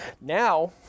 now